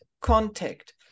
contact